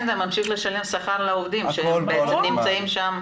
ממשיכים לשלם שכר לעובדים שהם בעצם נמצאים שם.